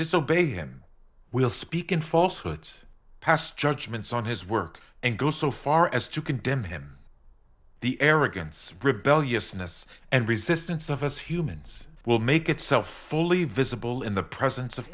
disobeying him will speak in false hoods pass judgments on his work and go so far as to condemn him the arrogance rebellious ness and resistance of us humans will make itself fully visible in the presence of